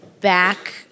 back